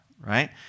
right